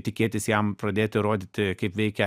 tikėtis jam pradėti rodyti kaip veikia